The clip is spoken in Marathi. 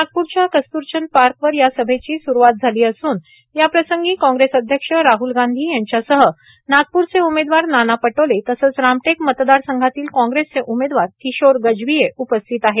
नागपूरच्या कस्तूरचंद पार्कवरया सभेची सुरूवात झाली असून याप्रसंगी काँग्रेस अध्यक्ष राहुल गांधी यांच्यासह नागपूरचे उमेदवार नाना पटोले तसंच रामटेक मतदारसंघातील काँग्रेसचे उमेदवार किशोर गजभिये उपस्थित आहेत